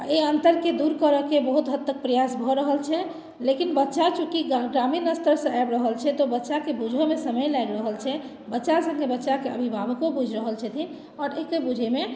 आओर एहि अन्तरके दूर करय के बहुत हद तक प्रयास भऽ रहल छै लेकिन बच्चा चूँकि ग्रा ग्रामीण स्तरसँ आबि रहल छै तऽ बच्चाके बूझयमे समय लागि रहल छै बच्चा सङ्गे बच्चाके अभिभावको बुझि रहल छथिन आओर एतेक बुझयमे